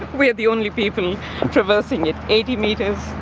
we are the only people traversing it. eighty metres,